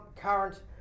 current